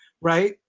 Right